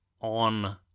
on